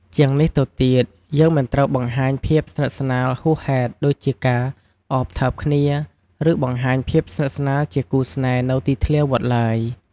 ជាងនេះទៅទៀត យើងមិនត្រូវបង្ហាញភាពស្និទ្ធស្នាលហួសហេតុដូចជាការ ឱបថើបគ្នា ឬបង្ហាញភាពស្និទ្ធស្នាលជាគូស្នេហ៍នៅទីធ្លាវត្តឡើយ។